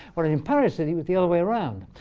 whereas in paris, it was the other way around.